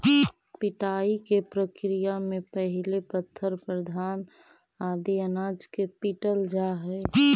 पिटाई के प्रक्रिया में पहिले पत्थर पर घान आदि अनाज के पीटल जा हइ